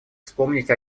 вспомнить